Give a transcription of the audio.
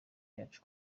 yacu